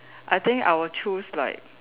I think I will choose like